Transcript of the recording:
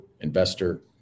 investor